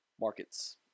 Markets